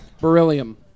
Beryllium